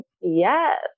Yes